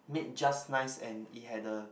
made just nice and it had the